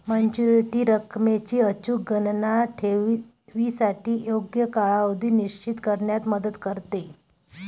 maturity रकमेची अचूक गणना ठेवीसाठी योग्य कालावधी निश्चित करण्यात मदत करते